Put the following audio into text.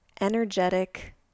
energetic